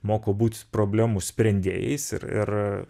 moko būt problemų sprendėjais ir ir